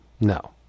no